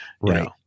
Right